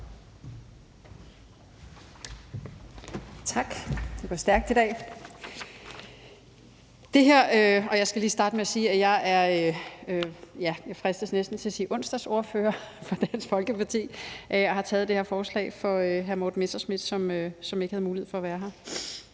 sige til onsdagsordfører for Dansk Folkeparti, og har taget det her forslag for hr. Morten Messerschmidt, som ikke har mulighed for at være her.